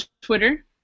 Twitter